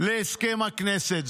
לאישור הכנסת.